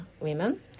women